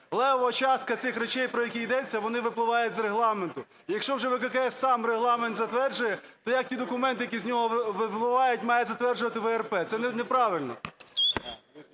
левова частка цих речей, про які йдеться, вони випливають з регламенту. Якщо вже ВККС сам регламент затверджує, то як ті документи, які з нього випливають, має затверджувати ВРП? Це неправильно.